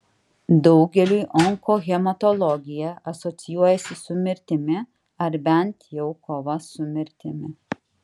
daugeliui onkohematologija asocijuojasi su mirtimi ar bent jau kova su mirtimi